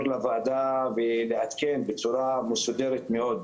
אל הוועדה ולעדכן בצורה מסודרת מאוד.